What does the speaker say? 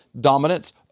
dominance